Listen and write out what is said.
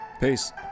Peace